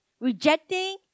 rejecting